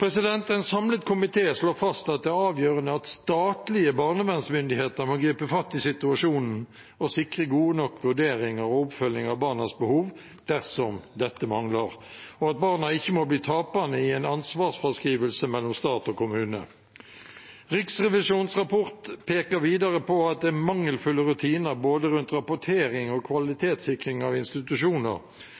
En samlet komité slår fast at det er avgjørende at statlige barnevernsmyndigheter må gripe fatt i situasjonen og sikre gode nok vurderinger og oppfølging av barnas behov dersom dette mangler, og at barna ikke må bli taperne i en ansvarsfraskrivelse mellom stat og kommune. Riksrevisjonens rapport peker videre på at det er mangelfulle rutiner rundt både rapportering og kvalitetssikring av institusjoner